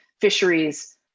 fisheries